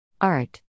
ART